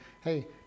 hey